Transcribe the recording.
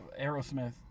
Aerosmith